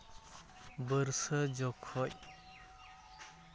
ᱵᱟᱹᱨᱥᱟᱹ ᱡᱚᱠᱷᱚᱡ